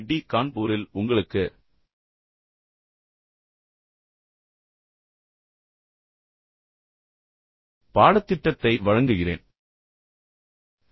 D கான்பூரில் உங்களுக்கு பாடத்திட்டத்தை வழங்குகிறேன்